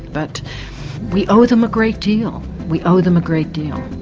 but we owe them a great deal, we owe them a great deal.